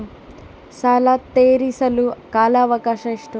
ಸಾಲ ತೇರಿಸಲು ಕಾಲ ಅವಕಾಶ ಎಷ್ಟು?